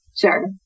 Sure